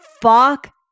fuck